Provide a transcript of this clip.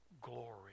glory